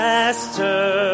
Master